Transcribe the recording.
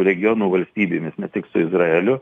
regiono valstybėmis ne tik su izraeliu